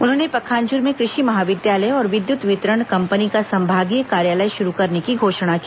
उन्होंने पखांजूर में कृषि महाविद्यालय और विद्यत वितरण कम्पनी का संभागीय कार्यालय शुरू करने की घोषणा की